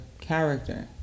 character